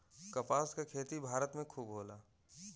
कपास क खेती भारत में खूब होला